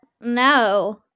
No